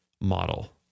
model